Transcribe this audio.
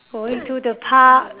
going to the park